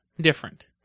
different